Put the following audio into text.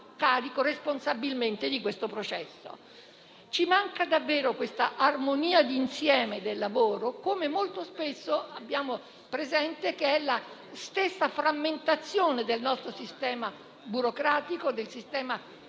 carico responsabilmente di questo processo. Ci manca davvero questa armonia di insieme del lavoro, come molto spesso riscontriamo nella stessa frammentazione del nostro sistema burocratico, ampiamente legato